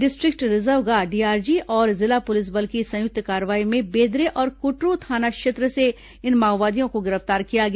district reserve guard DRG और जिला पुलिस बल की संयुक्त कार्रवाई में बेदरे और कुटरू थाना क्षेत्र से इन माओवादियों को गिरफ्तार किया गया